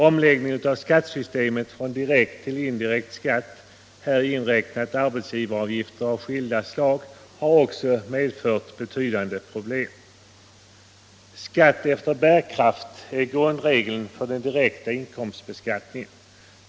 Omläggningen av skattesystemet från direkt till indirekt skatt — här inräknat arbetsgivaravgifter av skilda slag — har också medfört betydande problem. Skatt efter bärkraft är grundregeln för den direkta inkomstbeskattningen.